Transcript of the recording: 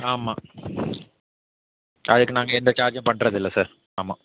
ஆமாம் அதுக்கு நாங்கள் எந்த சார்ஜும் பண்ணுறதில்ல சார் ஆமாம்